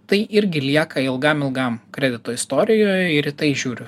tai irgi lieka ilgam ilgam kredito istorijoj ir į tai žiūriu